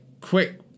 quick